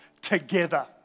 together